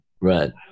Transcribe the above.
Right